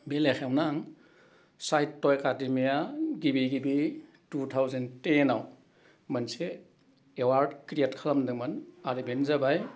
बे लेखायावनो आं साहित्य' एकाडिमिया गिबि गिबि टु थावजेन टेनाव मोनसे एवार्ड क्रियेट खालामदोंमोन आरो बेनो जाबाय